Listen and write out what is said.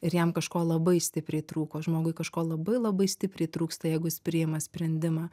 ir jam kažko labai stipriai trūko žmogui kažko labai labai stipriai trūksta jeigu jis priima sprendimą